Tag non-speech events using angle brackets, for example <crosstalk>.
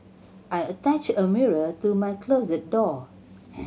I attached a mirror to my closet door <noise>